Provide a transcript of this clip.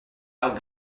how